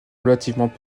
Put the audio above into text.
relativement